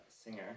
singer